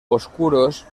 oscuros